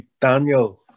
Daniel